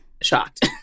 shocked